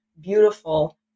beautiful